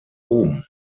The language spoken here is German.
oben